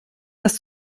dass